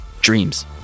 dreams